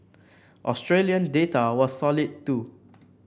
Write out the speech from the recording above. Australian data was solid too